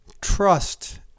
trust